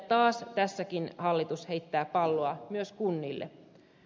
taas tässäkin hallitus heittää palloa myös kunnille